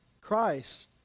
Christ